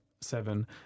seven